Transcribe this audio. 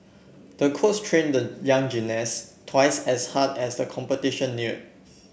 the coaches trained the young gymnast twice as hard as the competition neared